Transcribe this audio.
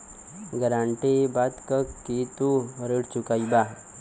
guarantee इ बात क कि तू ऋण चुकइबा